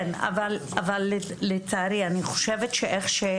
כן, אבל אני חושבת שלצערי